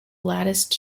latticed